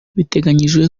biteganyijwe